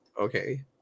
Okay